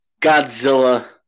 Godzilla